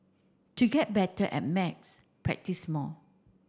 to get better at maths practise more